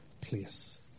place